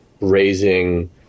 raising